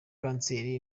kanseri